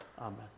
Amen